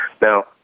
Now